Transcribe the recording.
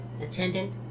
Attendant